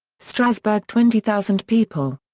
strasbourg twenty thousand people.